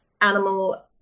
animal